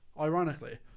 ironically